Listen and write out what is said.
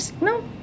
no